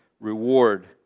reward